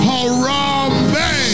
Harambe